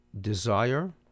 desire